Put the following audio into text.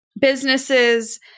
businesses